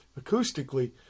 acoustically